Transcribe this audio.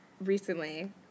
recently